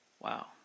Wow